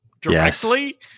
Directly